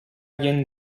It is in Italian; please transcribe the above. yin